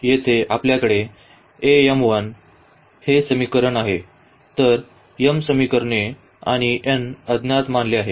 येथे आपल्याकडे the mth समीकरणे आहे तर m समीकरणे आणि n अज्ञात मानले आहेत